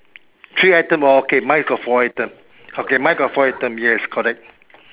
three item oh okay mine is got four item okay mine got four item yes correct